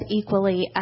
equally